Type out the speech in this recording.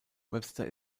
webster